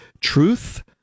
truth